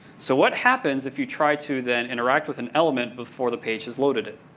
so what happens if you try to, then, interact with an element before the page has loaded it?